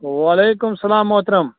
وعلیکُم اسلام مُحترم